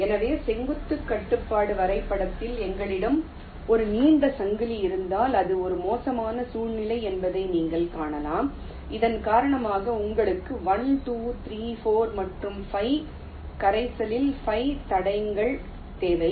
எனவே செங்குத்து கட்டுப்பாட்டு வரைபடத்தில் எங்களிடம் ஒரு நீண்ட சங்கிலி இருந்தால் இது ஒரு மோசமான சூழ்நிலை என்பதை நீங்கள் காணலாம் இதன் காரணமாக உங்களுக்கு 1 2 3 4 மற்றும் 5 கரைசலில் 5 தடங்கள் தேவை